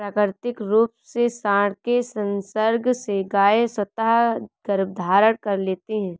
प्राकृतिक रूप से साँड के संसर्ग से गायें स्वतः गर्भधारण कर लेती हैं